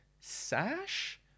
sash